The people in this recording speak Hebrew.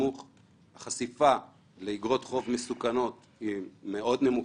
החשיפה לאגרות חוב מסוכנות היא מאוד נמוכה.